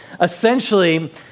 Essentially